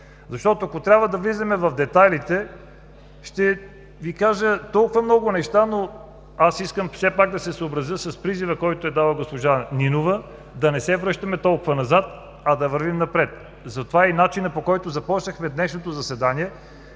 Защото, ако трябва да влизаме в детайлите, ще Ви кажа толкова много неща, но аз искам все пак да се съобразя с призива, който е дала госпожа Нинова, да не се връщаме толкова назад, а да вървим напред. Затова за начина, по който започнахме днешното заседание,